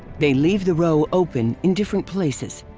they leave the row open in different places.